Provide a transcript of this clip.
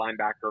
linebacker